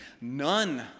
none